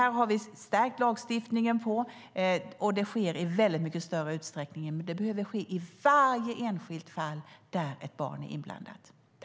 Här har vi stärkt lagstiftningen, och det sker nu i mycket större utsträckning, men det behöver ske i varje enskilt fall där ett barn är inblandat.